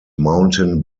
mountain